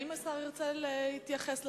האם השר ירצה להתייחס לדיון?